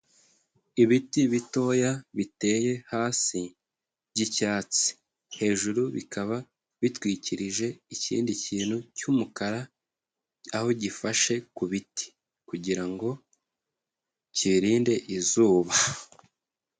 Ibiti bitoya biteye hasi by'icyatsi. Hejuru bikaba bitwikirije ikindi kintu cy'umukara aho gifashe ku biti kugira ngo kibirinde izuba.